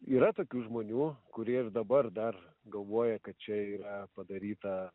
yra tokių žmonių kurie ir dabar dar galvoja kad čia yra padaryta